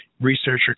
researcher